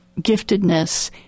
giftedness